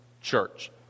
church